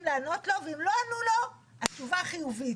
לענות לו ואם לא ענו לו התשובה חיובית.